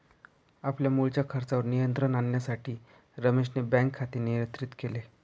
आपल्या मुळच्या खर्चावर नियंत्रण आणण्यासाठी रमेशने बँक खाते नियंत्रित केले